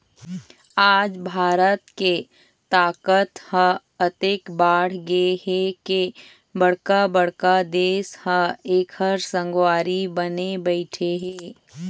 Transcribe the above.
आज भारत के ताकत ह अतेक बाढ़गे हे के बड़का बड़का देश ह एखर संगवारी बने बइठे हे